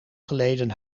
geleden